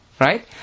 Right